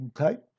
Okay